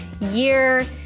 year